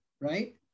right